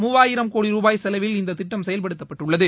மூவாயிரம் கோடி ருபாய் செலவில் இந்த திட்டம் செயல்படுத்தப்பட்டுள்ளது